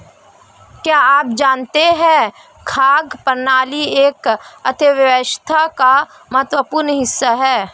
क्या आप जानते है खाद्य प्रणाली एक अर्थव्यवस्था का महत्वपूर्ण हिस्सा है?